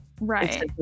right